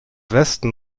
westen